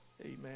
Amen